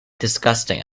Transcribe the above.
disgusting